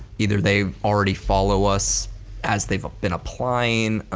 either they already follow us as they've been applying,